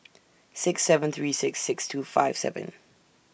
six seven three six six two five seven